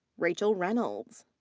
rachel reynolds.